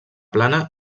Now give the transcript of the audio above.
plana